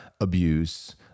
abuse